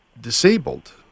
disabled